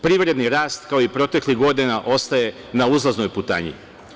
Privredni rast, kao i proteklih godina, ostaje na uzlaznoj putanji.